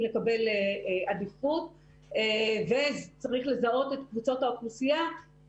לקבל עדיפות וצריך לזהות את קבוצות האוכלוסייה.